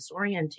disorienting